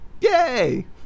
Yay